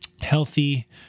healthy